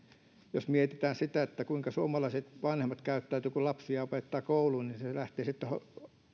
jos mietitään sitä kuinka suomalaiset vanhemmat käyttäytyvät kun lapsi lopettaa koulun niin se lähtee siitä että